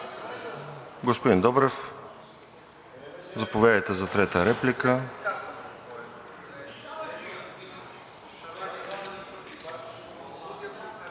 Господин Добрев, заповядайте за трета реплика.